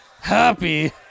Happy